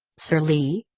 sir leigh?